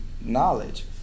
knowledge